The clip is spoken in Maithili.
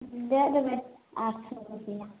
दै देबै आठ सए रुपआ